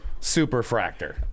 superfractor